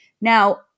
Now